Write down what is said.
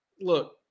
look